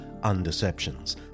Undeceptions